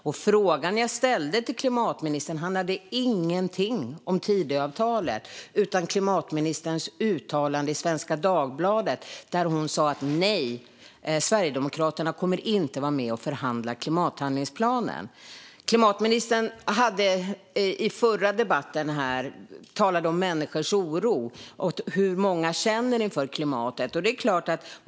Den fråga jag ställde till klimatministern handlade inte om Tidöavtalet utan om ministerns uttalande i Svenska Dagbladet, där hon sa att Sverigedemokraterna inte kommer att vara med och förhandla om klimathandlingsplanen. Klimatministern talade i förra debatten här om den oro som många människor känner när det gäller klimatet.